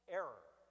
error